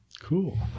cool